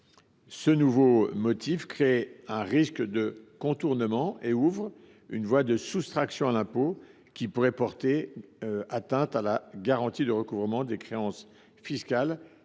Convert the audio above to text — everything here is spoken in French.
ce nouveau motif crée un risque de contournement et ouvre une voie de soustraction à l’impôt, ce qui pourrait porter atteinte à la garantie de recouvrement des créances fiscales,